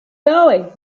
going